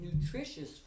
nutritious